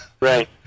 Right